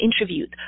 interviewed